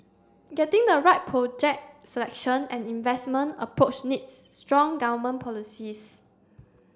getting the right project selection and investment approach needs strong government policies